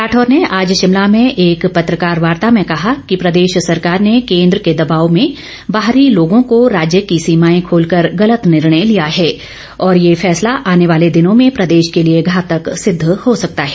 राठौर ने आज शिमला में एक पत्रकार वार्ता में कहा कि प्रदेश सरकार ने केंद्र के दबाव में बाहरी लोगों को राज्य की सीमाएं खोल कर गलत निर्णय लिया है और ये फैसला आने वाले दिनों में प्रदेश के लिए घातक सिद्ध हो सकता है